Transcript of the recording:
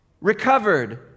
recovered